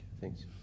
Thanks